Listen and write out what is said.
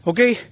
Okay